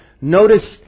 notice